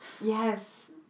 Yes